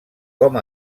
com